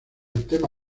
tema